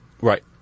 Right